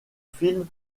films